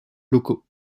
locaux